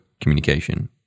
communication